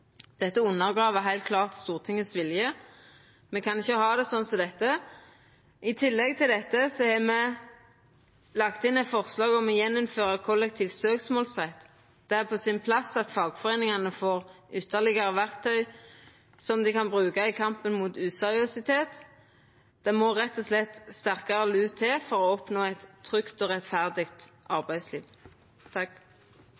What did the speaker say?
Dette undergrev heilt klart Stortingets vilje. Me kan ikkje ha det slik. I tillegg har me lagt inn eit forslag om å innføra kollektiv søksmålsrett igjen. Det er på sin plass at fagforeiningane får ytterlegare verktøy som dei kan bruka i kampen mot useriøsitet. Det må rett og slett sterkare lut til for å oppnå eit trygt og rettferdig